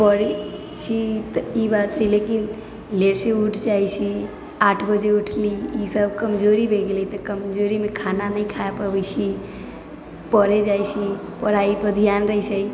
पढ़ै छी तऽ ई बात हइ लेकिन लेटसँ उठि जाइ छी आठ बजे उठली ईसब कमजोरी भऽ गेलै तऽ कमजोरीमे खाना नहि खा पबै छी पढ़ै जाइ छी पढ़ाइपर धिआन रहै छै